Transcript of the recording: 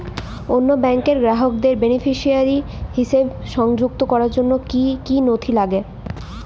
অন্য ব্যাংকের গ্রাহককে বেনিফিসিয়ারি হিসেবে সংযুক্ত করার জন্য কী কী নথি লাগবে?